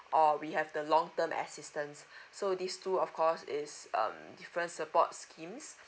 or we have the long term assistance so these two of course is um different support schemes